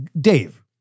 Dave